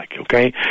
okay